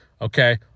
okay